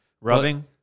Rubbing